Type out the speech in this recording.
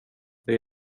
det